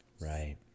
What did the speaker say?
Right